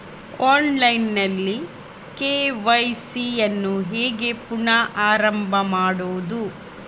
Online ನಲ್ಲಿ KYC ಯನ್ನು ಹೇಗೆ ಪುನಃ ಪ್ರಾರಂಭ ಮಾಡುವುದು?